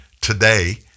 today